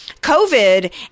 COVID